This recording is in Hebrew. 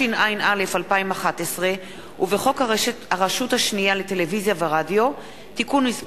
ברשות יושב-ראש הישיבה, הנני